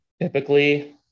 Typically